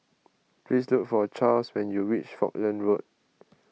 please look for Charls when you reach Falkland Road